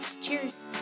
Cheers